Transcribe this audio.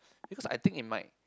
because I think it might